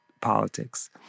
politics